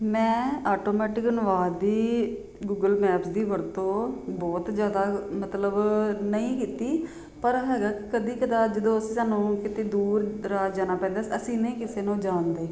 ਮੈਂ ਆਟੋਮੈਟਿਕ ਅਨੁਵਾਦ ਦੀ ਗੂਗਲ ਮੈਪ ਦੀ ਵਰਤੋਂ ਬਹੁਤ ਜ਼ਿਆਦਾ ਮਤਲਬ ਨਹੀਂ ਕੀਤੀ ਪਰ ਹੈਗਾ ਕਦੀ ਕਦਾ ਜਦੋਂ ਅਸੀਂ ਸਾਨੂੰ ਕਿਤੇ ਦੂਰ ਦਰਾਜ ਜਾਣਾ ਪੈਂਦਾ ਅਸੀਂ ਨਹੀਂ ਕਿਸੇ ਨੂੰ ਜਾਣਦੇ